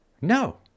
No